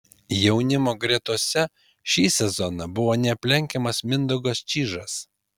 jaunimo gretose šį sezoną buvo neaplenkiamas mindaugas čyžas